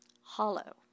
hollow